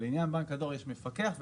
לעניין בנק הדואר יש מפקח ופקחים.